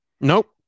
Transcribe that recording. Nope